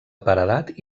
paredat